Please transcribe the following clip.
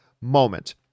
moment